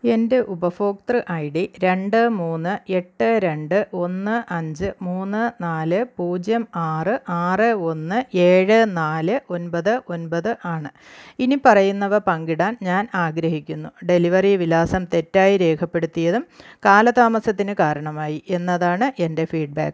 എൻ്റെ ഉപഭോക്തൃ I D രണ്ട് മൂന്ന് എട്ട് രണ്ട് ഒന്ന് അഞ്ച് മൂന്ന് നാല് പൂജ്യം ആറ് ആറ് ഒന്ന് ഏഴ് നാല് ഒൻപത് ഒൻപത് ആണ് ഇനിപ്പറയുന്നവ പങ്കിടാൻ ഞാൻ ആഗ്രഹിക്കുന്നു ഡെലിവറി വിലാസം തെറ്റായി രേഖപ്പെടുത്തിയതും കാലതാമസത്തിന് കാരണമായി എന്നതാണ് എൻ്റെ ഫീഡ്ബാക്ക്